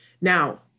Now